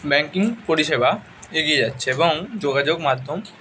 banking পরিষেবা এগিয়ে যাচ্ছে এবং যোগাযোগ মাধ্যম